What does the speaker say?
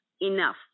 Enough